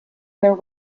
there